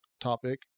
topic